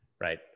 right